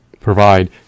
provide